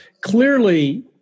clearly